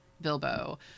Bilbo